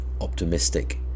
optimistic